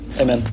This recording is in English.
Amen